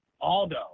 Aldo